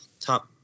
top